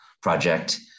project